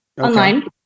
online